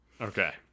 okay